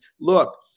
look